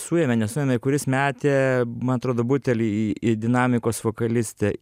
suėmė nesuėmė kuris metė man atrodo butelį į į dinamikos vokalistę